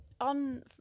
on